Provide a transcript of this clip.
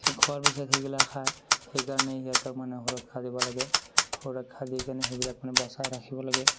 শেষ হোৱাৰ পিছত সেইবিলাক খাই সেইকাৰণে সিহঁতক মানে সুৰক্ষা দিব লাগে সুৰক্ষা দিকিনে সেইবিলাক মানে বচাই ৰাখিব লাগে